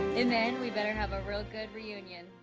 and then we better have a real good reunion.